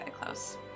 close